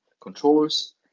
controllers